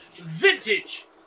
vintage